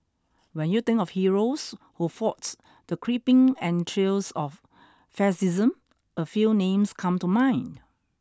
when you think of heroes who fought the creeping entrails of fascism a few names come to mind